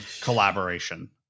collaboration